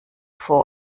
vor